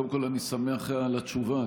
קודם כול, אני שמח על התשובה.